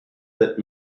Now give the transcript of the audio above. that